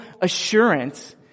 assurance